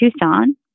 Tucson